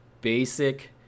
basic